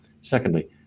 Secondly